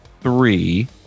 three